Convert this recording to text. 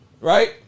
right